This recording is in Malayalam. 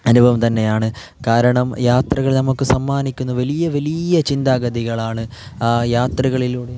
അനുഭവം തന്നെയാണ് കാരണം യാത്രകൾ നമ്മൾക്ക് സമ്മാനിക്കുന്ന വലിയ വലിയ ചിന്താഗതികളാണ് ആ യാത്രകളിലൂടെയാണ് നമ്മൾക്ക്